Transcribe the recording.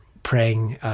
praying